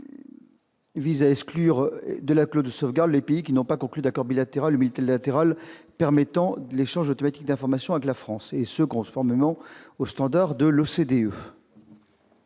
vise à exclure de la clause de sauvegarde les pays qui n'ont pas conclu d'accord bilatéral ou multilatéral permettant l'échange automatique d'informations avec la France, et ce conformément au standard de l'OCDE.